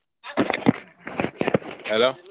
Hello